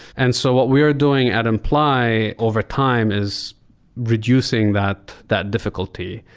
and so what we are doing at imply overtime is reducing that that difficulty.